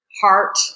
heart